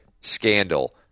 scandal